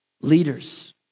leaders